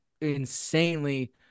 insanely